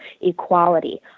equality